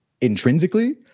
intrinsically